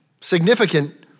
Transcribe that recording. significant